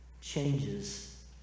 changes